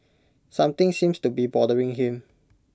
something seems to be bothering him